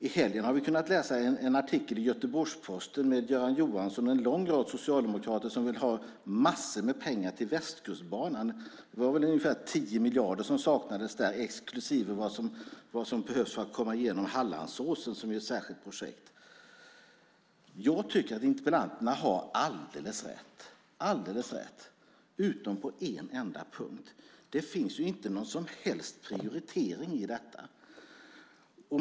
I helgen har vi kunnat läsa en artikel i Göteborgs-Posten med Göran Johansson och en lång rad socialdemokrater som vill ha massor med pengar till Västkustbanan. Det var ungefär 10 miljarder som saknades där exklusive vad som behövs för att komma genom Hallandsåsen, som ju är ett särskilt projekt. Jag tycker att interpellanterna har alldeles rätt, alldeles rätt, utom på en enda punkt: Det finns inte någon som helst prioritering i detta.